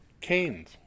Canes